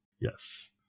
Yes